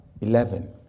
eleven